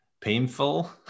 painful